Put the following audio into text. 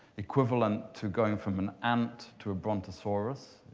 equivalent to going from an ant to a brontosaurus,